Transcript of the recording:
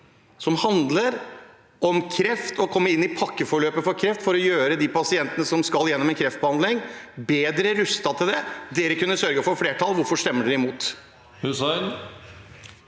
som handler om å komme inn i pakkeforløpet for kreft og gjøre de pasientene som skal gjennom en kreftbehandling, bedre rustet til det. SV kunne ha sørget for flertall. Hvorfor stemmer de imot?